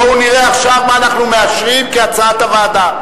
בואו ונראה עכשיו מה אנחנו מאשרים כהצעת הוועדה.